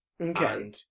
Okay